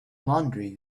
laundry